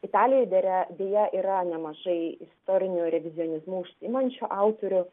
italijoje dere deja yra nemažai istoriniu revizionizmu užsiimančių autorių